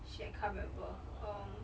shit I can't remember um